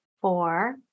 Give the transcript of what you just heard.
four